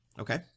Okay